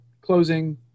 closing